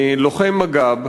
לוחם מג"ב